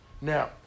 Now